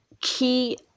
key